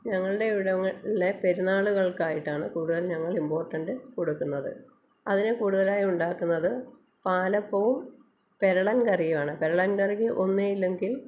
ഞങ്ങളുടെ ഇവിടങ്ങ ളിലെ പെരുന്നാളുകൾക്കായിട്ടാണ് കൂടുതൽ ഞങ്ങൾ ഇമ്പോർട്ടൻറ്റ് കൊടുക്കുന്നത് അതിന് കൂടുതതലായ് ഉണ്ടാക്കുന്നത് പാലപ്പവും പിരളൻ കറിയുവാണ് പിരളൻ കറി ഒന്ന് ഇല്ലെങ്കിൽ